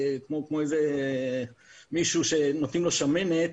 כמו מישהו שנותנים לו שמנת,